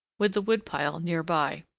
with the wood-pile near by.